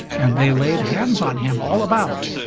and they laid hands on him all about,